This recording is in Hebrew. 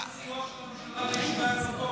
מה עם הסיוע של הממשלה ליישובי הצפון?